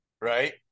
Right